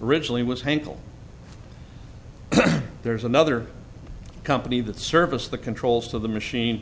originally was hankel there's another company that service the controls of the machine